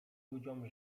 ludziom